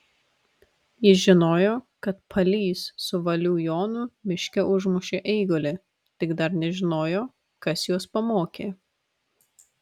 jis žinojo kad palys su valių jonu miške užmušė eigulį tik dar nežinojo kas juos pamokė